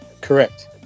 Correct